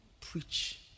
Preach